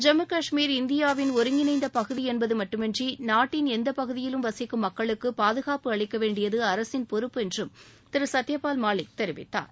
ஜம்மு காஷ்மீர் இந்தியாவின் ஒருங்கிணைந்த பகுதி என்பது மட்டுமன்றி நாட்டின் எந்த பகுதியிலும் வசிக்கும் மக்களுக்கு பாதுகாப்பு அளிக்க வேண்டியது அரசின் பொறுப்பு என்றும் திரு சத்யபால் மாலிக் தெரிவித்தாா்